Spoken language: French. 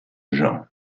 gens